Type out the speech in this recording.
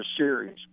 series